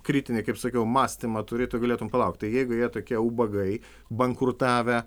kritinį kaip sakiau mąstymą turi tu galėtum palauk tai jeigu jie tokie ubagai bankrutavę